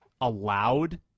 allowed